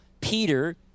Peter